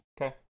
Okay